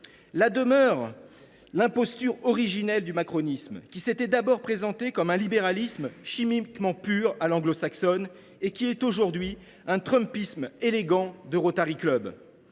que demeure l’imposture originelle du macronisme : s’il a d’abord été présenté comme un libéralisme chimiquement pur à l’anglo saxonne, il est aujourd’hui un trumpisme élégant de Rotary Club